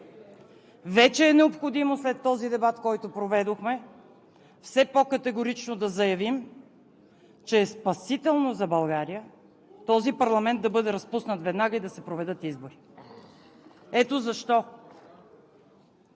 да се промени. След този дебат, който проведохме, вече е необходимо все по-категорично да заявим, че е спасително за България този парламент да бъде разпуснат веднага и да се проведат избори. Ето защо